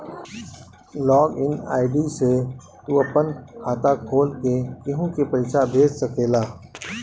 log in ID से तू आपन खाता खोल के केहू के पईसा भेज सकेला